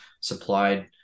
supplied